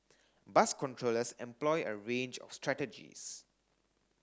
bus controllers employ a range of strategies